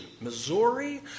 Missouri